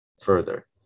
further